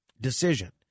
decision